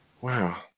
Wow